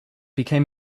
became